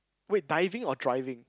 wait diving or driving